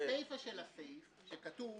הסיפה של הסעיף, שכתוב